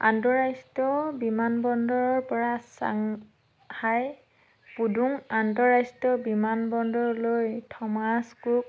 আন্তঃৰাষ্ট্ৰীয় বিমানবন্দৰৰ পৰা চাংহাই পুডং আন্তঃৰাষ্ট্ৰীয় বিমানবন্দৰলৈ থমাছ কুক